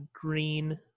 green